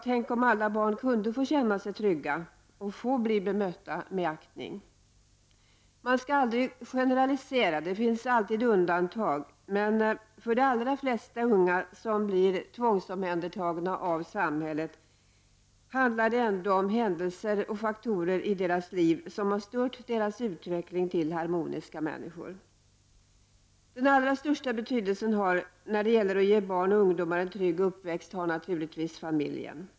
Tänk om alla barn kunde få känna sig trygga och bli bemötta med aktning. Man skall aldrig generalisera, det finns alltid undantag. Men för de allra flesta unga som blir tvångsomhändertagna av samhället handlar det ändå om händelser och faktorer i deras liv som har stört deras utveckling till harmoniska människor. Den allra största betydelsen när det gäller att ge barn och ungdomar en trygg uppväxt har naturligtvis familjen.